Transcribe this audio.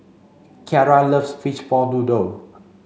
Kiara loves fishball noodle